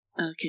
Okay